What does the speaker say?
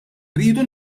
rridu